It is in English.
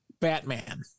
Batman